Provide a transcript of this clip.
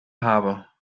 habe